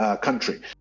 country